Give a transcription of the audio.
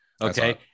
Okay